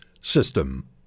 system